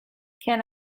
can